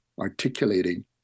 articulating